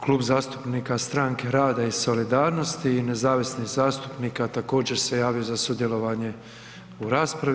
Klub zastupnika Stranke rada i solidarnosti i nezavisnih zastupnika također se javio za sudjelovanje u raspravi.